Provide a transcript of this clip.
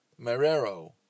Marrero